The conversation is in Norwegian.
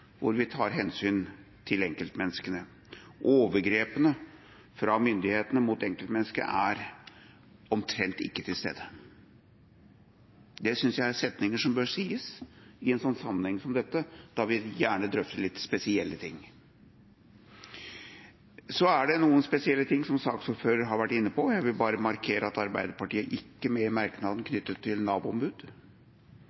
hvor vi tar hensyn til enkeltmenneskene. Overgrep fra myndighetene mot enkeltmennesket er omtrent ikke til stede. Det synes jeg er setninger som bør sies i en sammenheng som dette, da vi gjerne drøfter litt spesielle ting. Så er det noen spesielle ting, som saksordføreren har vært inne på. Jeg vil bare markere at Arbeiderpartiet ikke er med på merknaden knyttet til